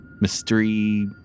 mystery